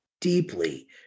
deeply